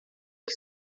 que